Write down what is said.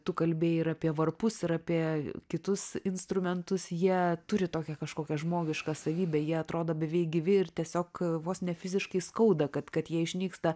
tu kalbėjai ir apie varpus ir apie kitus instrumentus jie turi tokią kažkokią žmogišką savybę jie atrodo beveik gyvi ir tiesiog vos ne fiziškai skauda kad kad jie išnyksta